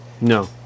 No